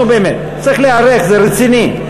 נו, באמת, צריך להיערך, זה רציני.